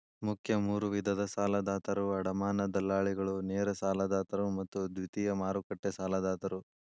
ಮುಖ್ಯ ಮೂರು ವಿಧದ ಸಾಲದಾತರು ಅಡಮಾನ ದಲ್ಲಾಳಿಗಳು, ನೇರ ಸಾಲದಾತರು ಮತ್ತು ದ್ವಿತೇಯ ಮಾರುಕಟ್ಟೆ ಸಾಲದಾತರು